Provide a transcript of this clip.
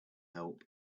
help